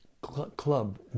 club